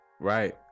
right